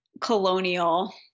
colonial